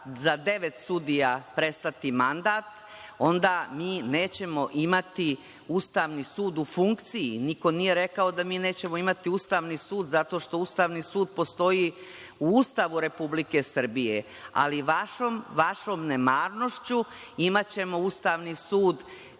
za devet sudija prestati mandat, onda mi nećemo imati Ustavni sud u funkciji. Niko nije rekao da mi nećemo imati Ustavni sud, zato što Ustavni sud postoji u Ustavu Republike Srbije, ali vašom nemarnošću imaćemo Ustavni sud